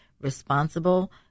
responsible